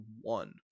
one